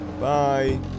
Bye